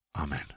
Amen